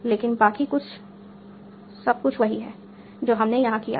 लेकिन बाकी सब कुछ वही है जो हमने यहां किया था